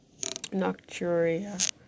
nocturia